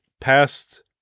past